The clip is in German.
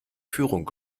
führung